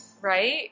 right